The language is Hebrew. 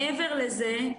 מעבר לזה,